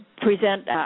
present